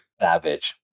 Savage